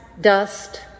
dust